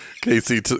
Casey